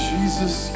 Jesus